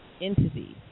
entities